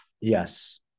Yes